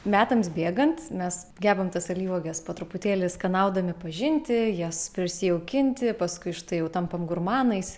metams bėgant mes gebam tas alyvuoges po truputėlį skanaudami pažinti jas prisijaukinti paskui štai jau tampam gurmanais